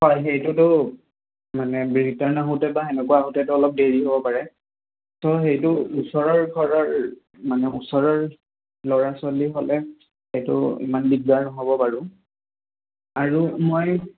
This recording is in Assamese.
হয় সেইটোতো মানে ৰিটাৰ্ণ আহোঁতে বা সেনেকুৱা আহোঁতেতো অলপ দেৰি হ'ব পাৰে চ' সেইটো ওচৰৰ ঘৰৰ মানে ওচৰৰ ল'ৰা ছোৱালী হ'লে সেইটো ইমান দিগদাৰ নহ'ব বাৰু আৰু মই